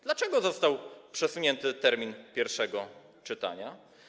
Dlaczego został przesunięty termin pierwszego czytania?